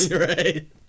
Right